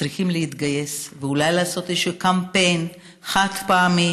צריכים להתגייס ואולי לעשות איזשהו קמפיין חד-פעמי